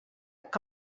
que